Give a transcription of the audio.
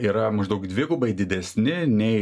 yra maždaug dvigubai didesni nei